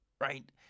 Right